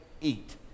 eat